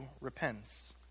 repents